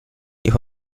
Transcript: ich